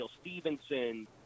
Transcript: Stevenson